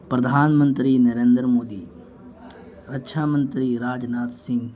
پردھان منتری نریندر مودی رکشا منتری راج ناتھ سنگھ